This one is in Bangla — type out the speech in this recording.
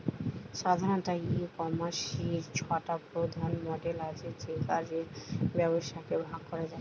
সাধারণত, ই কমার্সের ছটা প্রধান মডেল আছে যেগা রে ব্যবসাকে ভাগ করা যায়